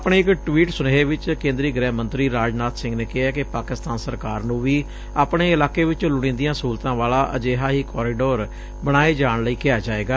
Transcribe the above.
ਆਪਣੇ ਇਕ ਟਵੀਟ ਸੁਨੇਹੇ ਵਿਚ ਕੇਂਦਰੀ ਗ੍ਹਿ ਮੰਤਰੀ ਰਾਜਨਾਥ ਸਿੰਘ ਨੇ ਕਿਹੈ ਕਿ ਪਾਕਿਸਤਾਨ ਸਰਕਾਰ ਨੂੰ ਵੀ ਆਪਣੇ ਇਲਾਕੇ ਵਿਚ ਲੁਤੀਦੀਆਂ ਸਹੂਲਤਾਂ ਵਾਲਾ ਅਜਿਹਾ ਹੀ ਕੋਰੀਡੋਰ ਬਣਾਏ ਜਾਣ ਲਈ ਕਿਹਾ ਜਾਏਗਾ